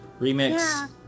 Remix